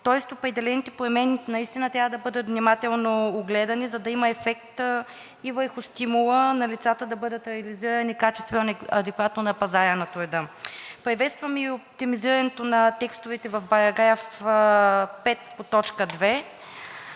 Тоест определените промени наистина трябва да бъдат внимателно огледани, за да има ефект и върху стимула на лицата да бъдат реализирани качествено и адекватно на пазара на труда. Приветствам и оптимизирането на текстовете в § 5, т. 2.